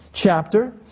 Chapter